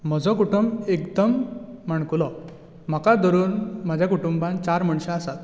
म्हजो कुटूंब एकदम माणकुलो म्हाका धरून म्हज्या कुटुंबांत चार मनशां आसात